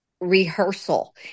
rehearsal